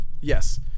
yes